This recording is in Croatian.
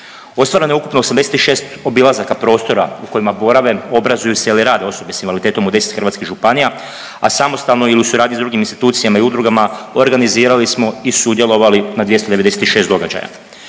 Ostvareno je ukupno 86 obilazaka prostora u kojima borave, obrazuju se ili rade osobe s invaliditetom u 10 hrvatskih županija, a samostalno ili u suradnji s drugim institucijama i udrugama, organizirali smo i sudjelovali na 296 događaja.